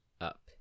up